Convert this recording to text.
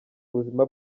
ubuzima